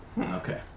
Okay